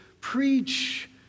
preach